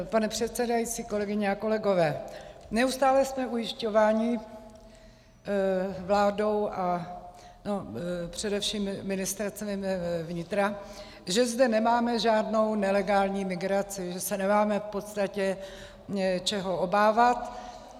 Pane předsedající, kolegyně a kolegové, neustále jsme ujišťováni vládou a především Ministerstvem vnitra, že zde nemáme žádnou nelegální migraci, že se nemáme v podstatě čeho obávat.